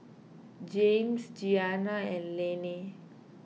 Jaymes Giana and Laney